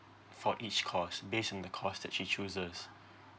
for each course based on the course that she chooses